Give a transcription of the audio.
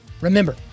remember